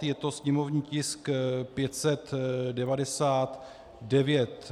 Je to sněmovní tisk 599.